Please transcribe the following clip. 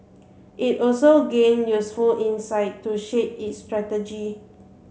it also gained useful insights to shape its strategy